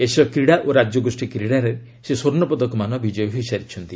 ଏସୀୟ କ୍ରୀଡ଼ା ଓ ରାଜ୍ୟଗୋଷୀ କ୍ରୀଡ଼ାରେ ସେ ସ୍ୱର୍ଷପଦକମାନ ବିଜୟୀ ହୋଇସାରିଛନ୍ତି